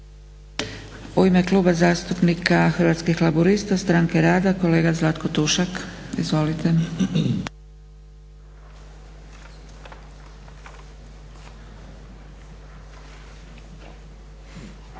U ime Kluba zastupnika Hrvatskih laburista-Stranke rada, kolega Zlatko Tušak. Izvolite. **Tušak, Zlatko (Hrvatski laburisti - Stranka rada)**